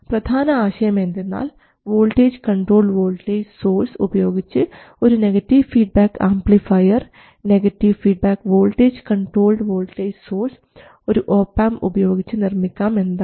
പ്രധാന ആശയം എന്തെന്നാൽ വോൾട്ടേജ് കൺട്രോൾഡ് വോൾട്ടേജ് സോഴ്സ് ഉപയോഗിച്ച് ഒരു negative feedback amplifier negative feedback voltage controlled voltage source ഒരു ഒപാംപ് ഉപയോഗിച്ച് നിർമ്മിക്കാം എന്നതാണ്